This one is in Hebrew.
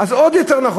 אז זה עוד יותר נכון,